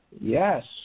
Yes